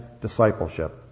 discipleship